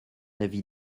avis